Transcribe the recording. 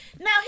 now